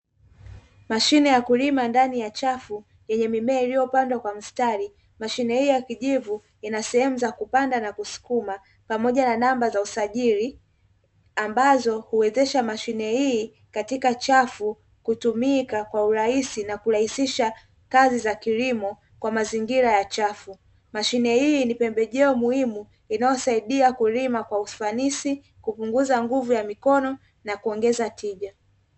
Mashine ya kulima ndani ya chafu yenye mimea iliyopandwa kwa mstari, mashine hiyo ya kijivu ina sehemu za kupanda na kusukuma pamoja na namba za usajili ambazo huwezesha mashine hii katika chafu kutumika kwa urahisi na kurahisisha kazi za kilimo kwa mazingira ya chafu, mashine hii ni pembejeo muhimu inayosaidia kulima kwa ufanisi kupunguza nguvu ya mikono na kuongeza tija.